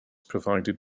provided